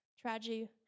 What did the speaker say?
tragedy